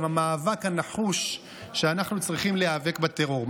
ועם המאבק הנחוש שאנחנו צריכים להיאבק בטרור: